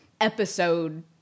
episode